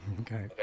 okay